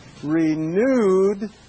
renewed